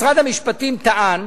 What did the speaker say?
משרד המשפטים טען